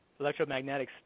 Electromagnetics